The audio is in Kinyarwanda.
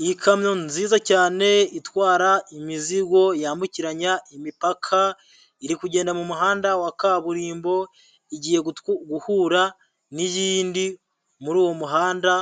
Iyi kamyo nziza cyane itwara imizigo yambukiranya imipaka, iri kugenda mu muhanda wa kaburimbo, igiye guhura n'iyindi, muri uwo muhanda